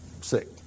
sick